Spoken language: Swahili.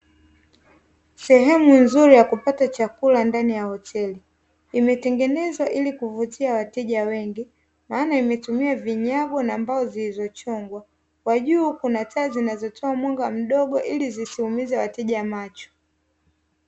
Sehemu nzuri ya kupata chakula ndani ya hoteli imetengenezwa ili kuvutia wateja wengi, maana imetumia vinyago na ambao zilizochongwa. Kwa juu kuna taa zinazotoa mwanga mdogo ili zisikuumize wateja macho.